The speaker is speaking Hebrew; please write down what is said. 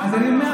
אז אני אומר,